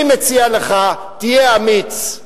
אני מציע לך, תהיה אמיץ.